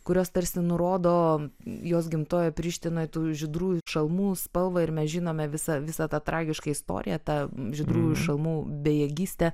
kurios tarsi nurodo jos gimtojoj prištinoj tų žydrųjų šalmų spalvą ir mes žinome visą visą tą tragišką istoriją tą žydrųjų šalmų bejėgystę